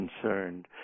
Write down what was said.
concerned